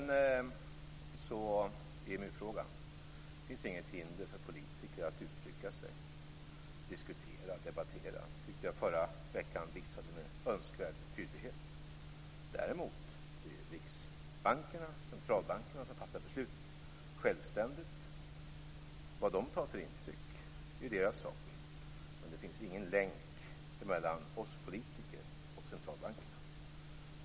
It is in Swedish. När det gäller EMU-frågan finns det inte något hinder för politiker att uttrycka sig, diskutera och debattera den. Det tycker jag att förra veckan visade med önskvärd tydlighet. Däremot är det riksbankerna och centralbankerna som fattar beslut självständigt. Vad de tar för intryck är deras sak. Det finns ingen länk mellan oss politiker och centralbankerna.